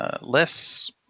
less